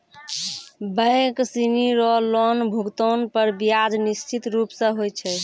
bank सिनी रो loan भुगतान पर ब्याज निश्चित रूप स होय छै